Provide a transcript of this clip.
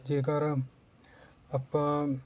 ਜੇਕਰ ਆਪਾਂ